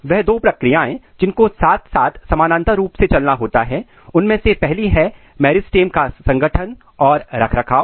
वह दो प्रक्रियाएं जिनको साथ साथ समानांतर रूप से चलना होता है उनमें से पहली है मेरिस्टेम का संगठन और रखरखाव